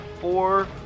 four